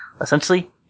Essentially